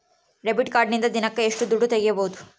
Debit ಕಾರ್ಡಿನಿಂದ ದಿನಕ್ಕ ಎಷ್ಟು ದುಡ್ಡು ತಗಿಬಹುದು?